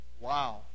Wow